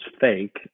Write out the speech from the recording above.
fake